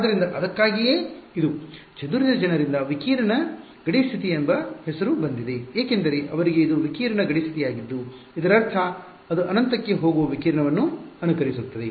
ಆದ್ದರಿಂದ ಅದಕ್ಕಾಗಿಯೇ ಇದು ಚದುರಿದ ಜನರಿಂದ ವಿಕಿರಣ ಗಡಿ ಸ್ಥಿತಿ ಎಂಬ ಹೆಸರು ಬಂದಿದೆ ಏಕೆಂದರೆ ಅವರಿಗೆ ಇದು ವಿಕಿರಣ ಗಡಿ ಸ್ಥಿತಿಯಾಗಿದ್ದು ಇದರರ್ಥ ಅದು ಅನಂತಕ್ಕೆ ಹೋಗುವ ವಿಕಿರಣವನ್ನು ಅನುಕರಿಸುತ್ತದೆ